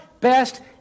best